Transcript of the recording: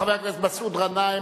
חבר הכנסת מסעוד גנאים,